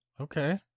okay